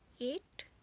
Eight